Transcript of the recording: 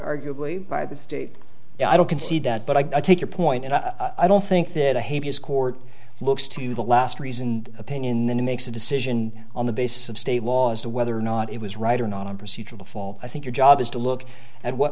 arguably by the state i don't concede that but i take your point and i don't think that a his court looks to the last reasoned opinion then makes a decision on the basis of state law as to whether or not it was right or not on procedural fault i think your job is to look at what